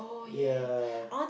yeah